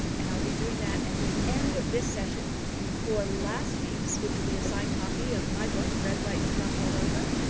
and i'll be doing that at the end of this session for last week's which will be a signed copy of my book, red, white and drunk all over.